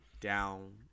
down